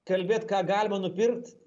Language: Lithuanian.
kalbėt ką galima nupirkt